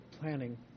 planning